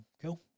cool